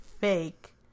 fake